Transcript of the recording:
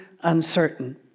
uncertain